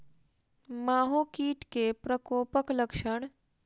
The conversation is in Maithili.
माहो कीट केँ प्रकोपक लक्षण?